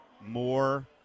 more